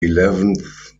eleventh